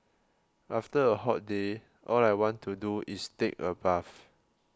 after a hot day all I want to do is take a bath